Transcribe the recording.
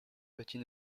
petit